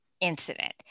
incident